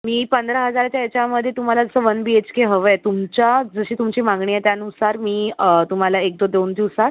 मी पंधरा हजारच्या ह्याच्यामध्ये तुम्हाला असं वन बी एच के हवं आहे तुमच्या जशी तुमची मागणी आहे त्यानुसार मी तुम्हाला एक ते दोन दिवसात